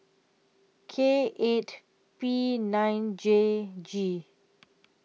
K eight P nine J G